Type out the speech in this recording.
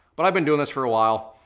but i've been doing this for a while.